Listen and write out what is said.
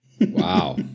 Wow